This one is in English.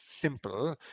simple